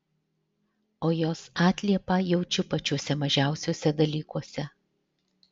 o jos atliepą jaučiu pačiuose mažiausiuose dalykuose